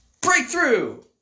Breakthrough